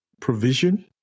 provision